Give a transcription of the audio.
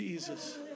Jesus